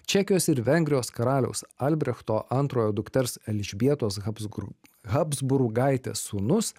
čekijos ir vengrijos karaliaus albrechto antrojo dukters elžbietos habsgur habsburgaitės sūnus